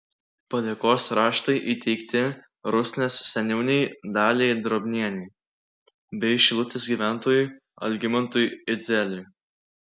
padėkos raštai įteikti rusnės seniūnei daliai drobnienei bei šilutės gyventojui algimantui idzeliui